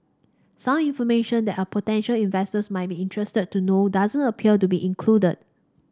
some information that a potential investors might be interested to know doesn't appear to be included